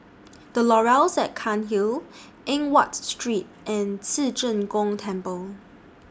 The Laurels At Cairnhill Eng Watt Street and Ci Zheng Gong Temple